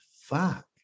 fuck